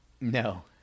No